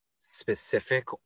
specific